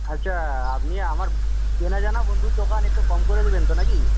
আচ্ছা আপনি আমার চেনাজানা বন্ধুর দোকান একটু কম করে দেবেন তো নাকি